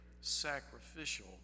sacrificial